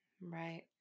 Right